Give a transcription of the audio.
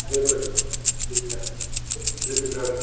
बिल्कुलु ठीकु ठीकु आहे बिल्कुलु ॾाढो